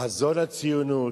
חזון הציונות,